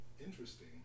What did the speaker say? interesting